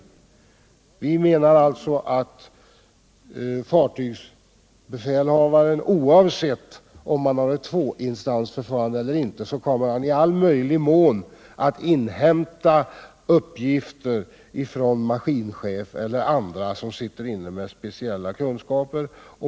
Bättre fartvgsmiljö Bättre fartygsmiljö Vi menar alltså att fartygsbefälhavaren, oavsett om man tillämpar ett tvåinstans-förfarande eller ej, i största möjliga utsträckning kommer att inhämta uppgifter från maskinchefen ciler andra som har specicHa kunskaper.